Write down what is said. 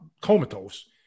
comatose